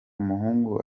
umuhungu